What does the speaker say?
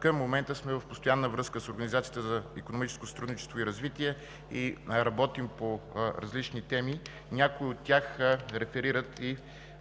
Към момента сме в постоянна връзка с Организацията за икономическо сътрудничество и развитие и работим по различни теми. Някои от тях реферират и